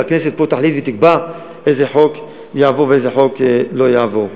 והכנסת פה תחליט ותקבע איזה חוק יעבור ואיזה חוק לא יעבור.